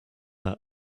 their